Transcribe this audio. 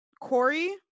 Corey